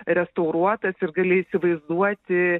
restauruotas ir gali įsivaizduoti